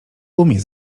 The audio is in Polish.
umie